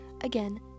again